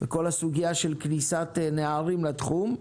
וכן, כל הסוגיה של כניסת נערים לתחום.